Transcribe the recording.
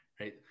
right